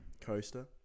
Coaster